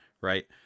right